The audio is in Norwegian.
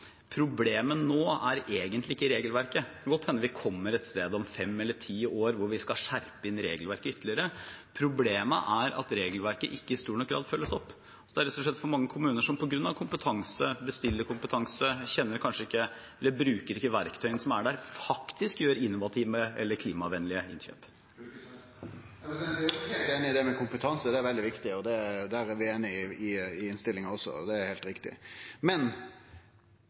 vi kommer et sted om fem eller ti år hvor vi skal skjerpe inn regelverket ytterligere, men problemet i dag er at regelverket ikke i stor nok grad følges opp. Det er rett og slett for mange kommuner som på grunn av manglende bestillerkompetanse, eller at man ikke bruker eller kjenner de verktøyene som er der, ikke gjør innovative eller klimavennlige innkjøp. Eg er heilt einig i det med kompetanse, det er veldig viktig, og der er vi einige i innstillinga også. Det er helt riktig. Men